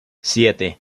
siete